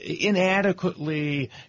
inadequately